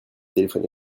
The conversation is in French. téléphoné